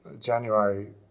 January